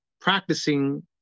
practicing